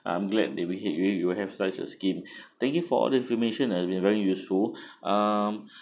I'm glad that we had you you have such a scheme thank you for all the information ah we have very useful um